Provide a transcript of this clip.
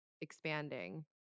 expanding